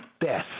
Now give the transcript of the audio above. death